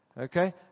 Okay